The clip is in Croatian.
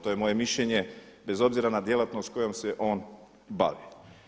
To je moje mišljenje bez obzira na djelatnost s kojom se on bavi.